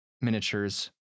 miniatures